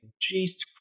Jesus